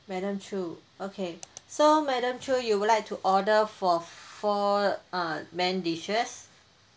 madam choo okay so madam choo you would like to order for four uh main dishes